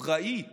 פראית